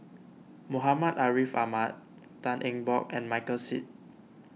Muhammad Ariff Ahmad Tan Eng Bock and Michael Seet